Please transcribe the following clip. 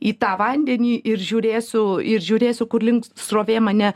į tą vandenį ir žiūrėsiu ir žiūrėsiu kur link srovė mane